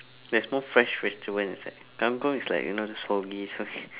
there's more fresh vegetable inside kang-kong is like you know soggy soggy